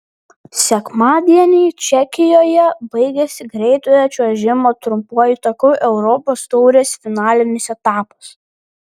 sekmadienį čekijoje baigėsi greitojo čiuožimo trumpuoju taku europos taurės finalinis etapas